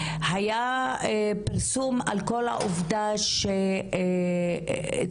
היה פרסום על כל העובדה שצוותים,